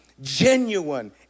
genuine